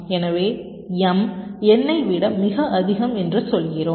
எனவே m n ஐ விட மிக அதிகம் என்று சொல்கிறோம்